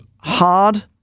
Hard